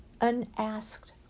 unasked